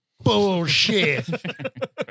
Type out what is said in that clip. bullshit